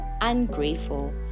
ungrateful